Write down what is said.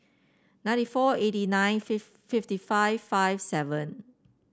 ninety four eighty nine fifth fifty five five seven